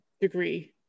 degree